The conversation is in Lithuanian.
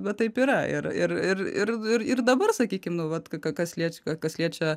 bet taip yra ir ir ir ir ir dabar sakykim nu vat ka kas liečia kas liečia